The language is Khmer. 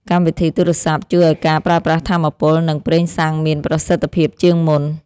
កម្មវិធីទូរសព្ទជួយឱ្យការប្រើប្រាស់ថាមពល និងប្រេងសាំងមានប្រសិទ្ធភាពជាងមុន។